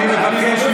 אני לא מבין.